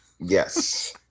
yes